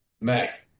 Mac